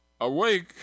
Awake